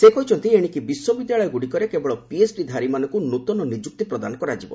ସେ କହିଛନ୍ତି ଏଶିକି ବିଶ୍ୱବିଦ୍ୟାଳୟଗୁଡ଼ିକରେ କେବଳ ପିଏଚ୍ଡି ଧାରୀମାନଙ୍କୁ ନୂତନ ନିଯୁକ୍ତି ପ୍ରଦାନ କରାଯିବ